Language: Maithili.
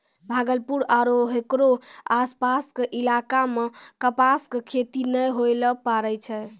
भागलपुर आरो हेकरो आसपास के इलाका मॅ कपास के खेती नाय होय ल पारै छै